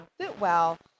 FitWell